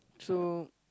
so